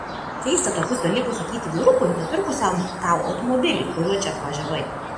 keista tokius dalykus sakyti vyrukui nupirkusiam tau automobilį kuriuo čia atvažiavai